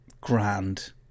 grand